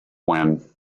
when